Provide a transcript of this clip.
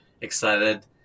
excited